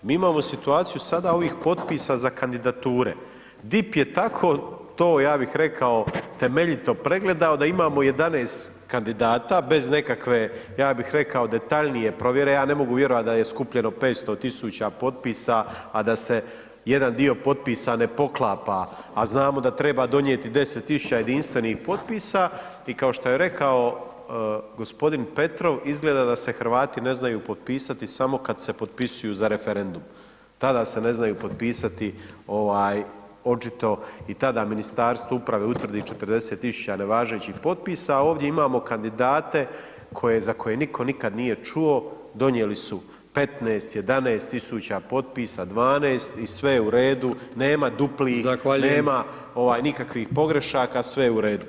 Mi imamo situaciju sada ovih potpisa za kandidature, DIP je tako to ja bih rekao temeljito pregledao da imamo 11 kandidata bez nekakve ja bih rekao, detaljnije provjere, ja ne mogu vjerovat da je skupljeno 500 000 potpisa a da se jedan dio potpisa ne poklapa a znamo da treba donijeti 10 000 jedinstvenih potpisa i kao što je rekao g. Petrov, izgleda da se Hrvati ne znaju potpisati samo kad se potpisuju za referendum, tada se ne znaju potpisati, očito i tada Ministarstvo uprave utvrdi 40 000 nevažećih potpisa a ovdje imamo kandidate za koje nitko nikad nije čuo, donijeli su 15, 11 000 potpisa, 12, i sve je u redu, nema duplih, nema nikakvih pogrešaka, sve je u redu.